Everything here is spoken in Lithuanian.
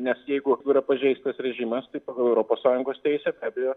nes jeigu yra pažeistas režimas tai pagal europos sąjungos teisę be abėjo